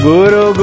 Guru